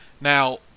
Now